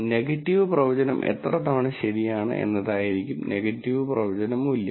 negative പ്രവചനം എത്ര തവണ ശരിയാണ് എന്നതായിരിക്കും നെഗറ്റീവ് പ്രവചന മൂല്യം